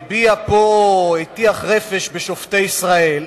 שהטיח רפש בשופטי ישראל,